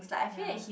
ya